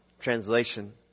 Translation